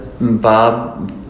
Bob